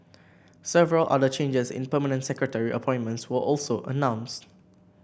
several other changes in permanent secretary appointments were also announced